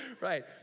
Right